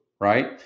Right